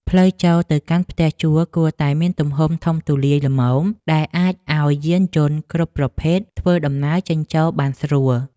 ផ្លូវចូលទៅកាន់ផ្ទះជួលគួរតែមានទំហំធំទូលាយល្មមដែលអាចឱ្យយានយន្តគ្រប់ប្រភេទធ្វើដំណើរចេញចូលបានស្រួល។